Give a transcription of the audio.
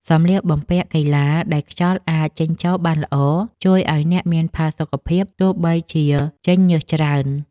សម្លៀកបំពាក់កីឡាដែលខ្យល់អាចចេញចូលបានល្អ ជួយឱ្យអ្នកមានផាសុកភាពទោះបីជាចេញញើសច្រើន។